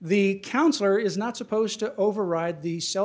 the counselor is not supposed to override the self